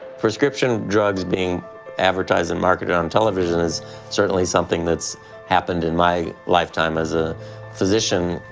prescription drugs being advertised and marketed on television is certainly something that's happened in my lifetime as a physician.